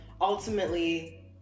ultimately